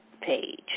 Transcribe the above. page